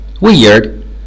Weird